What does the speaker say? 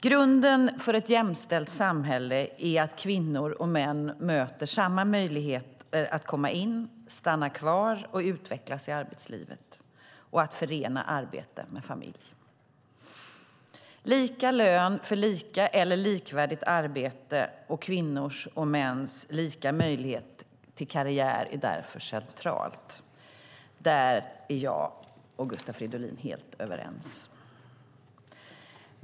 Grunden för ett jämställt samhälle är att kvinnor och män möter samma möjligheter att komma in, stanna kvar och utvecklas i arbetslivet samt att förena arbete med familj. Lika lön för lika eller likvärdigt arbete och kvinnors och mäns lika möjlighet till karriär är därför centralt. Där är jag och Gustav Fridolin helt överens.